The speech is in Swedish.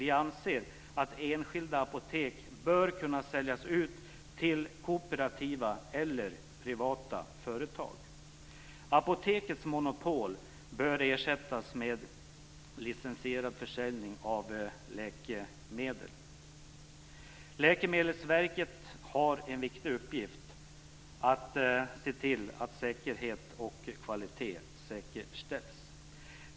Vi anser att enskilda apotek bör kunna säljas ut till kooperativa eller privata företag. Apotekets monopol bör ersättas med licensierad försäljning av läkemedel. Läkemedelsverket har en viktig uppgift att se till att säkerhet och kvalitet säkerställs.